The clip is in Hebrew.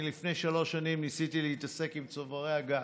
לפני שלוש שנים ניסיתי להתעסק עם צוברי הגז.